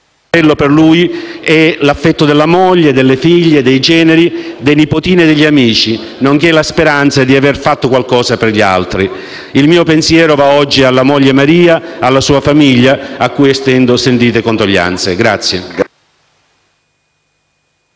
per lui era l'affetto della moglie, delle figlie, dei generi, dei nipotini e degli amici, nonché la speranza di aver fatto qualcosa per gli altri. Il mio pensiero va oggi alla moglie Maria e alla sua famiglia, a cui estendo sentite condoglianze.